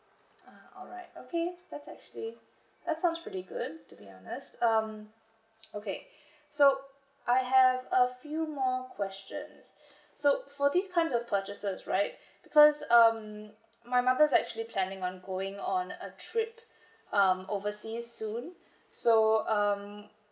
ah alright okay that's actually that's sounds really good to be honest um okay so I have a few more questions so for this kinds of purchases right because um my mother's actually planning on going on a trip um oversea soon so um